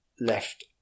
left